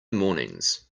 mornings